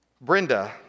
Brenda